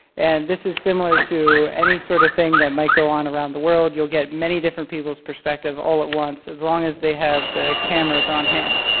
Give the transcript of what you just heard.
and this is similar to any sort of thing that might go on around the world. you'll get many different peoples perspective all at once. as long as they have the cameras on hand.